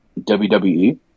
WWE